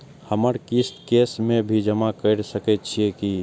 हमर किस्त कैश में भी जमा कैर सकै छीयै की?